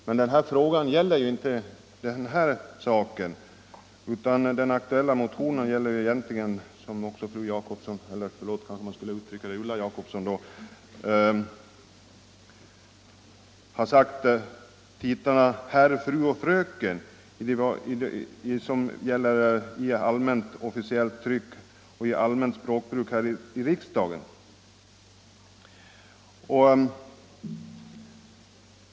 Men den aktuella motionen gäller inte den saken utan den gäller, som också fru Jacobsson — förlåt, man skulle säga Ulla Jacobsson — har sagt, titlarna herr, fru och fröken i allmänt officiellt tryck och i allmänt språkbruk här i riksdagen.